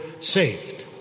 saved